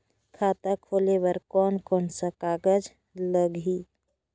खाता खुले बार कोन कोन सा कागज़ लगही?